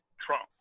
Trump